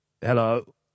hello